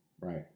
Right